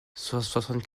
soixante